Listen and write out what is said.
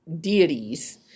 deities